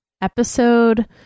episode